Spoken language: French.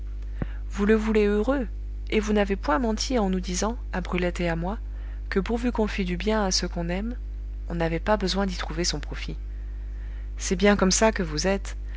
vous le voulez heureux et vous n'avez point menti en nous disant à brulette et à moi que pourvu qu'on fît du bien à ce qu'on aime on n'avait pas besoin d'y trouver son profit c'est bien comme ça que vous êtes